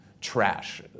trash